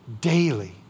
daily